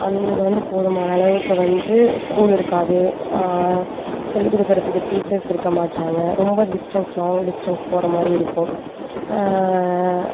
அங்கே வந்து போதுமான அளவுக்கு வந்து ஸ்கூல் இருக்காது சொல்லிக் கொடுக்கறதுக்கு டீச்சர்ஸ் இருக்க மாட்டாங்க ரொம்ப டிஸ்டன்ஸ் லாங் டிஸ்டன்ஸ் போகிற மாதிரி இருக்கும்